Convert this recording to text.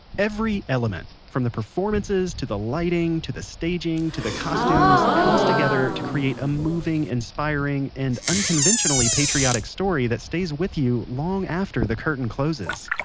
every element from the performances to the lighting, to the staging, to the costumes comes together to create a moving, inspiring, and unconventionally patriotic story that stays with you long after the curtain closes.